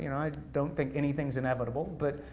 you know i don't think anything's inevitable, but